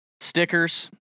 stickers